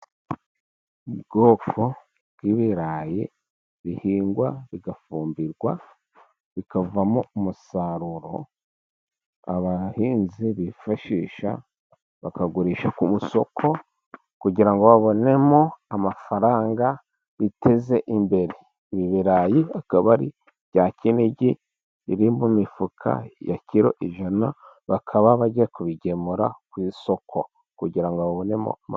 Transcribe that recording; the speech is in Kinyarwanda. Ubwoko bw'ibirayi bihingwa, bigafumbirwa, bikavamo umusaruro abahinzi bifashisha bakagurisha ku ma isoko, kugira babonemo amafaranga biteze imbere. Ibi birarayi akaba ari bya Kinigi biri mu mifuka ya kiro ijana, bakaba bagiya kubigemura ku isoko. Kugira ngo babonemo amafaranga.